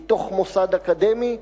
מתוך מוסד אקדמי,